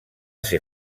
ser